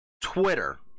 Twitter